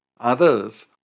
others